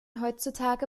heutzutage